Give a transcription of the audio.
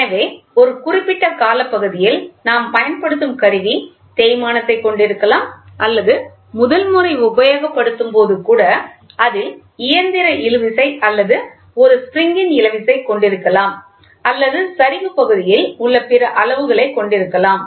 எனவே ஒரு குறிப்பிட்ட காலப்பகுதியில் நாம் பயன்படுத்தும் கருவி தேய்மானத்தை கொண்டிருக்கலாம் அல்லது முதல் முறை உபயோகப்படுத்தும் போது கூட அதில் இயந்திர இழுவிசை அல்லது ஒரு ஸ்ப்ரிங் ன் இழுவிசை கொண்டிருக்கலாம் அல்லது சரிவு பகுதியில் உள்ள பிற அளவுகளை கொண்டிருக்கலாம்